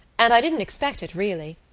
and i didn't expect it, really.